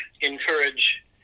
encourage